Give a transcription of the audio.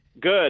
Good